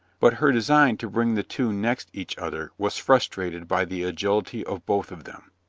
but her design to bring the two next each other was frustrated by the agility of both of them.